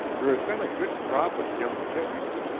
there had been a good crop of young chickens,